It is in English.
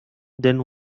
then